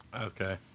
Okay